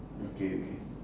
okay okay